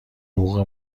حقوق